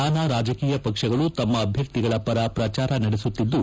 ನಾನಾ ರಾಜಕೀಯ ಪಕ್ಷಗಳು ತಮ್ಮ ಅಭ್ಯರ್ಥಿಗಳ ಪರ ಪ್ರಚಾರ ನಡೆಸುತ್ತಿದ್ದು